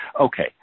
Okay